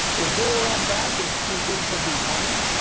or go around back and sneak in from behind?